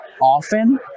often